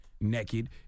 Naked